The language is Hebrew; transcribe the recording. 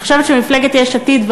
אני חושבת שמפלגת יש עתיד,